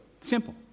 Simple